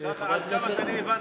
כך עד כמה שאני הבנתי.